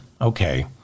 Okay